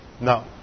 No